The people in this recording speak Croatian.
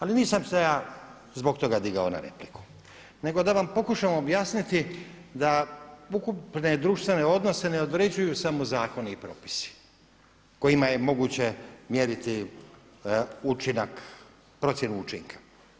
Ali nisam se ja zbog toga digao na repliku nego da vam pokušam objasniti da ukupne društvene odnose ne određuju samo zakoni i propisi kojima je moguće mjeriti učinak, procjenu učinka.